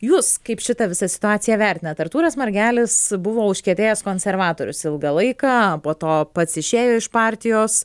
jūs kaip šitą visą situaciją vertinant artūras margelis buvo užkietėjęs konservatorius ilgą laiką po to pats išėjo iš partijos